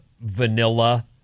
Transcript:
vanilla